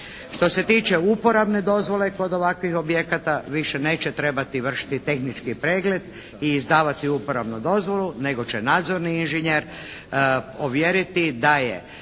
Što se tiče uporabne dozvole kod ovakvih objekata više neće trebati vršiti tehnički pregled i izdavati uporabnu dozvolu nego će nadzorni inženjer ovjeriti da je